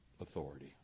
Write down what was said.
authority